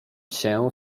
się